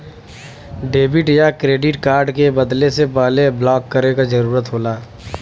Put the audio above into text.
debit या credit card के बदले से पहले ब्लॉक करे क जरुरत होला